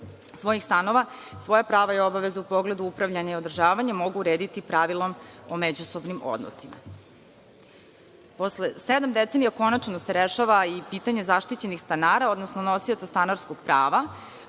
svojih stanova, svoja prava i obavezu u pogledu upravljanja i održavanja mogu urediti pravilom o međusobnim odnosima. Posle sedam decenija konačno se rešava i pitanje zaštićenih stanara, odnosno nosioca stanarskog prava